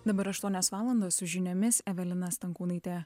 dabar aštuonios valandos su žiniomis evelina stankūnaitė